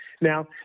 now